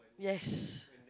yes